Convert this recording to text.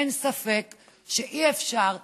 אין ספק שאי-אפשר להאשים.